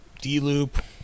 D-loop